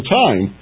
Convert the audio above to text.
time